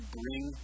bring